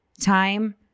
time